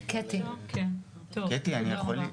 קטי, רק אפשר לענות לך?